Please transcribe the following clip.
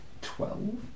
Twelve